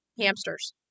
hamsters